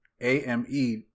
A-M-E